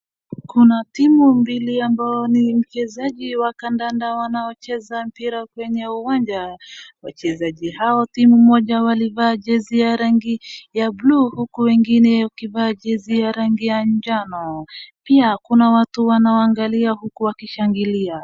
Kuna timu mbili ambayo ni mchezaji wa kandanda wanaocheza mpira kwenye uwanja. wachezaji hawa wa timu moja walivaa jezi ya rangi ya bluu huku wengine wakivaa jezi ya rangi ya jano. Pia kuna watu wanawangalia huku wakishangilia.